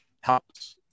helps